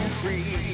free